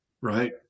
right